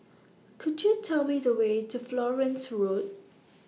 Could YOU Tell Me The Way to Florence Road